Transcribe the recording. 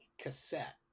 cassette